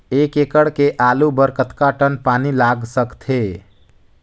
एक एकड़ के आलू बर कतका टन पानी लाग सकथे?